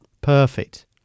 Perfect